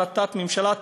החלטת ממשלה 922,